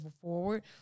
forward